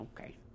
okay